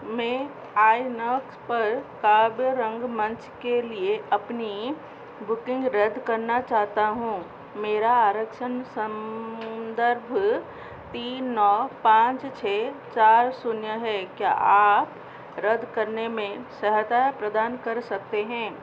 मैं आईनॉक्स पर काव्य रंगमंच के लिए अपनी बुकिंग रद्द करना चाहता हूँ मेरा आरक्षन संदर्भ तीन नौ पाँच छः चार शून्य है क्या आप रद्द करने में सहायता प्रदान कर सकते हैं